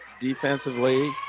defensively